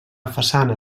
façana